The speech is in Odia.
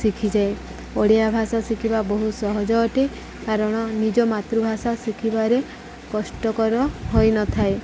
ଶିଖିଯାଏ ଓଡ଼ିଆ ଭାଷା ଶିଖିବା ବହୁ ସହଜ ଅଟେ କାରଣ ନିଜ ମାତୃଭାଷା ଶିଖିବାରେ କଷ୍ଟକର ହୋଇନଥାଏ